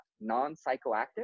non-psychoactive